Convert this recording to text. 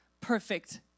perfect